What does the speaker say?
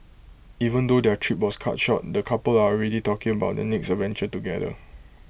even though their trip was cut short the couple are already talking about their next adventure together